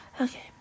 Okay